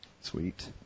Sweet